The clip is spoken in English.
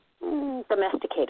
domesticated